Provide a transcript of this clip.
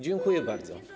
Dziękuję bardzo.